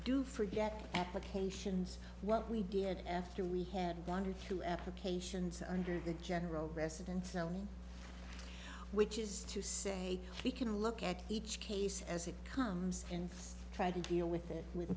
do forget applications what we did after we had one hundred few applications under the general residence known which is to say we can look at each case as it comes and try to deal with it with